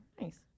nice